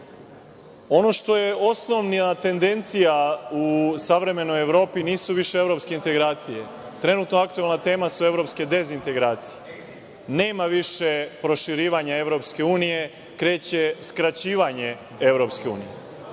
EU.Ono što je osnovna tendencija u savremenoj Evropi nisu više evropske integracije. Trenutno aktuelna tema su evropske dezintegracije. Nema više proširivanja EU, kreće skraćivanje EU. Velika